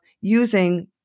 using